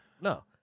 No